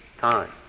Time